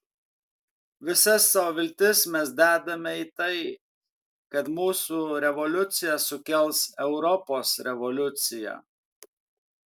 visas savo viltis mes dedame į tai kad mūsų revoliucija sukels europos revoliuciją